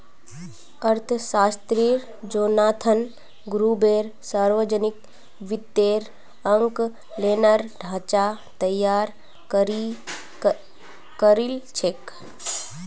अर्थशास्त्री Jonathan Gruber सावर्जनिक वित्तेर आँकलनेर ढाँचा तैयार करील छेक